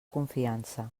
confiança